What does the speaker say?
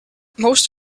most